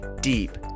deep